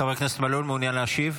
חבר הכנסת מלול, מעוניין להשיב?